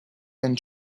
and